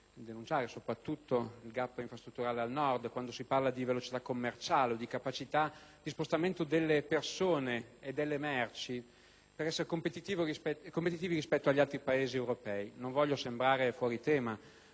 denunciare - soprattutto al Nord, quando si parla di velocità commerciale, di capacità di spostamento delle persone e delle merci per essere competitivi rispetto agli altri Paesi europei. Non voglio sembrare fuori tema